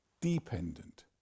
dependent